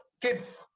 kids